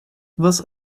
this